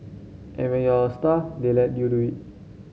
and when you're a star they let you do it